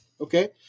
Okay